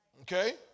Okay